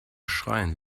schreien